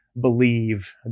believe